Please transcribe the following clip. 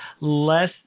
less